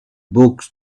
books